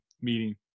meeting